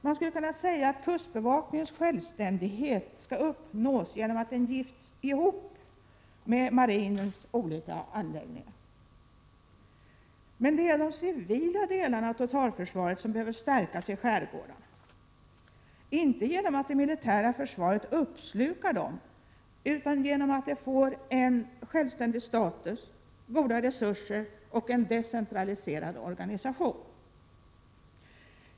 Man skulle kunna säga att kustbevakningens självständighet skall uppnås genom att den slås ihop med marinens olika anläggningar. Men det är de civila delarna av totalförsvaret som behöver stärkas i skärgårdarna, och det sker inte genom att det militära försvaret uppslukar dem utan genom att de får en självständig status, goda resurser och en decentraliserad organisation.